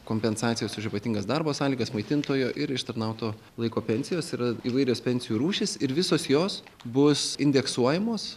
kompensacijos už ypatingas darbo sąlygas maitintojo ir ištarnauto laiko pensijos yra įvairios pensijų rūšys ir visos jos bus indeksuojamos